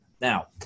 Now